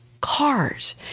Cars